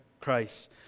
Christ